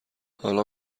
حالا